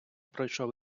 пройшов